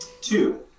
Two